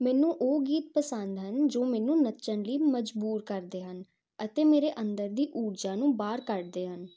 ਮੈਨੂੰ ਉਹ ਗੀਤ ਪਸੰਦ ਹਨ ਜੋ ਮੈਨੂੰ ਨੱਚਣ ਲਈ ਮਜਬੂਰ ਕਰਦੇ ਹਨ ਅਤੇ ਮੇਰੇ ਅੰਦਰ ਦੀ ਊਰਜਾ ਨੂੰ ਬਾਹਰ ਕੱਢਦੇ ਹਨ